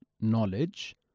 knowledge